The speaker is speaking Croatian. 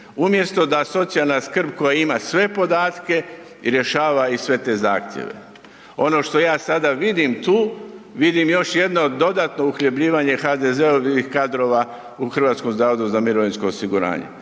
umjesto da socijalna skrb koja ima sve podatke i rješava i sve te zahtjeve. Ono što ja sada vidim tu, vidim još jedno dodatno uhljebljivanje HDZ-ovih kadrova u HZMO jer u posljednje